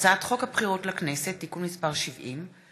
הצעת חוק הבחירות לכנסת (תיקון מס' 70)